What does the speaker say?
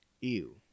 Ew